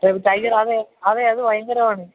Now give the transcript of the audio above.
ടൈഗറാണേ അതേ അത് ഭയങ്കരമാണ്